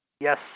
Yes